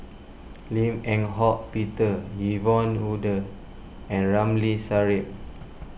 Lim Eng Hock Peter Yvonne Ng Uhde and Ramli Sarip